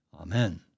Amen